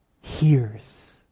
hears